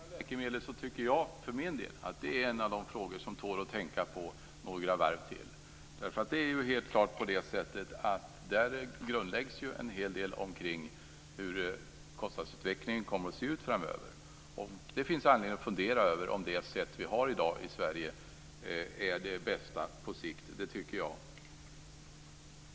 Fru talman! Prissättning av läkemedel tycker jag för min del är en av de frågor som tål att tänka på några varv till. Det är ju grundläggande för hur kostnadsutvecklingen kommer att bli framöver. Det finns anledning att fundera över om den prissättning som vi har i dag i Sverige är den bästa på sikt.